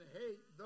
hate